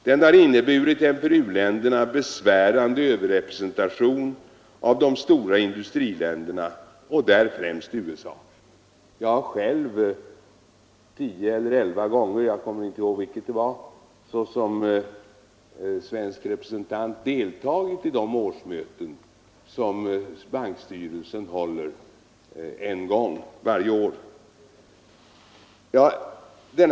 Den har inneburit en för uländerna besvärande överrepresentation för de stora industriländerna, främst USA. Jag har själv tio eller elva gånger — jag kommer inte ihåg vilket det var — såsom svensk representant deltagit i de möten som bankstyrelsen håller en gång varje år. Jag vet därför vad jag talar om.